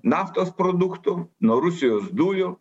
naftos produktų nuo rusijos dujų